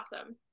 awesome